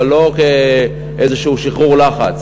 אבל לא כאיזשהו שחרור לחץ,